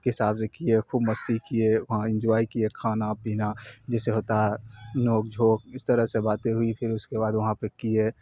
کے ساب سے کیے خوب مستی کیے وہاں انجوائے کیے کھانا پینا جیسے ہوتا ہے نوک جھوک اس طرح سے باتیں ہوئی پھر اس کے بعد وہاں پہ کیے